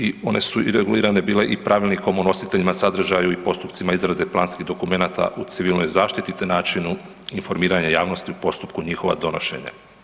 I one su regulirane bile i Pravilnikom o nositeljima, sadržaju i postupcima izrade planskih dokumenata u civilnoj zaštiti te načinu informiranja javnosti u postupku njihova donošenja.